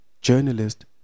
Journalist